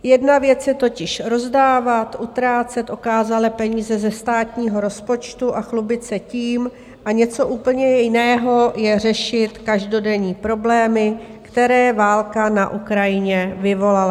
Jedna věc je totiž rozdávat, utrácet okázale peníze ze státního rozpočtu a chlubit se tím, a něco úplně jiného je řešit každodenní problémy, které válka na Ukrajině vyvolala.